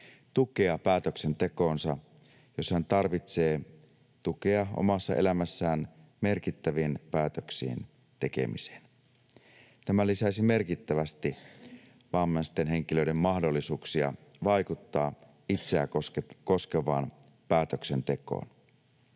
tukea päätöksentekoonsa, jos hän tarvitsee tukea omassa elämässään merkittävien päätöksien tekemiseen. Tämä lisäisi merkittävästi vammaisten henkilöiden mahdollisuuksia vaikuttaa itse-ään koskevaan päätöksentekoon.